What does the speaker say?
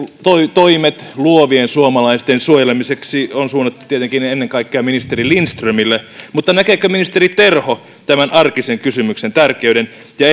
toimet luovien suomalaisten suojelemiseksi on suunnattu tietenkin ennen kaikkea ministeri lindströmille mutta näkeekö ministeri terho tämän arkisen kysymyksen tärkeyden ja